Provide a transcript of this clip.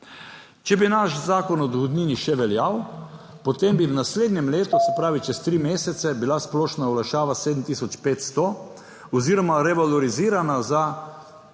Če bi naš Zakon o dohodnini še veljal, potem bi v naslednjem letu, se pravi čez 3 mesece, bila splošna olajšava 7 tisoč 500 oziroma revalorizirana za